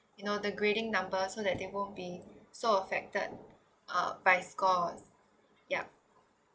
you know the grading numbers so that they won't be so affected uh by scores ya